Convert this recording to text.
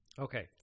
Okay